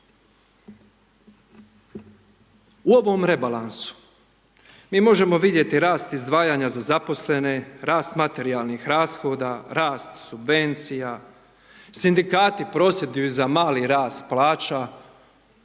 U ovom rebalansu mi možemo vidjeti rast izdvajanja za zaposlene, rast materijalnih rashoda, rast subvencija, Sindikati prosvjeduju za mali rast plaća,